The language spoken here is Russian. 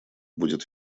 будет